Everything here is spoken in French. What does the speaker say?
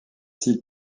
six